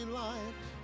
light